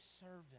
servant